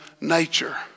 nature